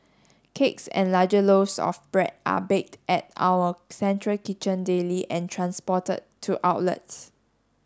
cakes and larger loaves of bread are baked at our central kitchen daily and transported to outlets